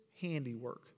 handiwork